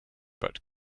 but